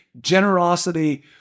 generosity